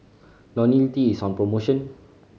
Ionil T is on promotion